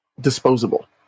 Disposable